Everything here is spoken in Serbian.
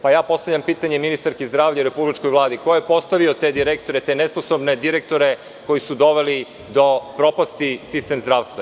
Postavljam pitanje ministarki zdravlja i republičkoj Vladi – ko je postavio te direktore, te nesposobne direktore koji su doveli do propasti sistem zdravstva?